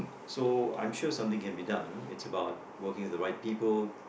so I'm sure something can be done it's about working with the right people